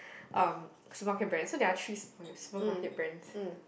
um supermarket brand there are three supermarket supermarket brands